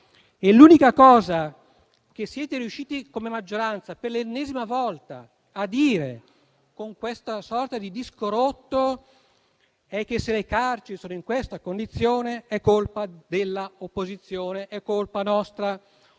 L'unica cosa che siete riusciti a dire come maggioranza per l'ennesima volta con questa sorta di disco rotto è che se le carceri sono in questa condizione, è colpa dell'opposizione, è colpa nostra. Non